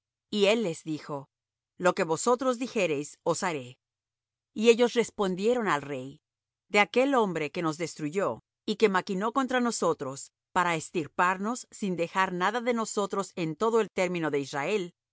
y él les dijo lo que vosotros dijereis os haré y ellos respondieron al rey de aquel hombre que nos destruyó y que maquinó contra nosotros para extirparnos sin dejar nada de nosotros en todo el término de israel